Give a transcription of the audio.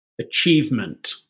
achievement